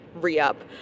re-up